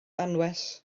anwes